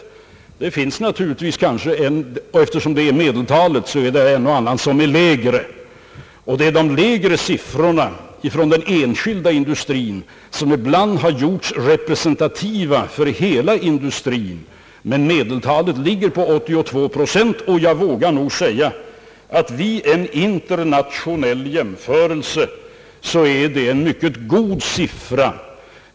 Eftersom den siffran utgör medeltalet är det en och annan industri som har ett lägre tal. Det är de lägre siffrorna från den enskilda industrin som ibland har gjorts representativa för hela industrin, men medeltalet ligger alltså på 82 procent. Jag vågar påstå att det är en mycket god siffra vid en internationell jämförelse.